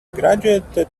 graduated